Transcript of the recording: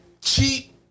cheap